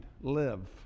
live